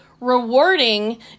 rewarding